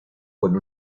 con